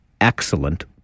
excellent